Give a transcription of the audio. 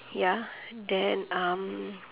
ya then um